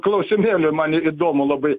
klausimėlį man įdomu labai